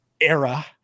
era